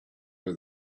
for